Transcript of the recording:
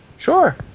Sure